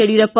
Yediyurappa